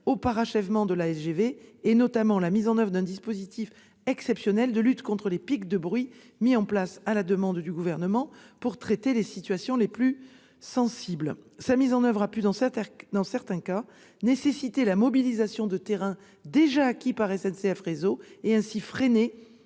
au parachèvement de la LGV, notamment la mise en oeuvre d'un dispositif exceptionnel de lutte contre les pics de bruit mis en place, à la demande du Gouvernement, pour traiter les situations les plus sensibles. Sa mise en oeuvre a pu, dans certains cas, nécessiter la mobilisation de terrains déjà acquis par SNCF Réseau, et ainsi freiner